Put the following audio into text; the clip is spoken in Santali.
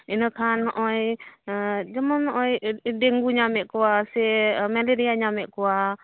ᱤᱱᱟᱹ ᱠᱷᱟᱱ ᱱᱚᱜ ᱚᱭ ᱟᱨ ᱡᱮᱢᱚᱱ ᱱᱚᱜ ᱚᱭ ᱰᱮᱝᱜᱩ ᱧᱟᱢᱮᱫ ᱠᱚᱣᱟ ᱥᱮ ᱢᱮᱞᱮᱨᱤᱭᱟ ᱧᱟᱢᱮᱫ ᱠᱚᱣᱟ